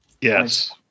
yes